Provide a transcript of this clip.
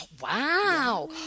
Wow